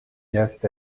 guest